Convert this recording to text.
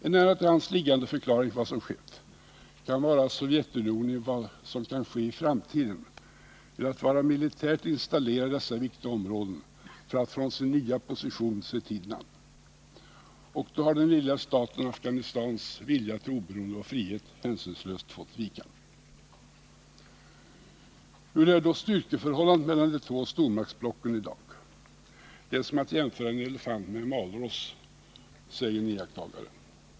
En nära till hands liggande förklaring till vad som skett kan vara att Sovjetunionen inför vad som kan ske i framtiden velat vara militärt installerad i dessa viktiga områden för att från sin nya position se tiden an. Och då har den lilla staten Afghanistans vilja till oberoende och frihet hänsynslöst fått vika. Hur är då styrkeförhållandena mellan de två stormaktsblocken i dag? Det är som att jämföra en elefant med en valross, säger en iakttagare.